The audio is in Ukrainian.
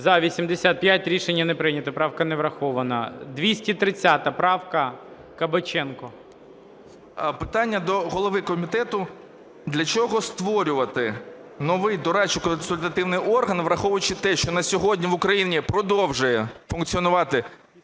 За-85 Рішення не прийнято. Правка не врахована. 230 правка, Кабаченко. 13:53:55 КАБАЧЕНКО В.В. Питання до голови комітету. Для чого створювати новий дорадчо-консультативний орган, враховуючи те, що на сьогодні в Україні продовжує функціонувати